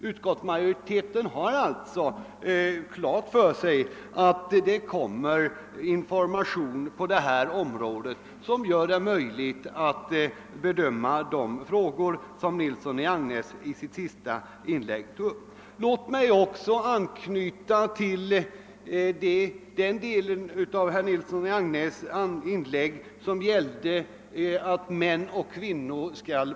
Utskottsmajoriteten har alltså klart för sig att det kommer information på detta område som gör det möjligt att bedöma de frågor som herr Nilsson i Agnäs tog upp i sitt senaste inlägg. Låt mig också anknyta till den del av herr Nilssons inlägg som gällde lika rättigheter för män och kvinnor.